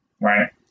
Right